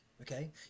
okay